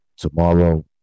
tomorrow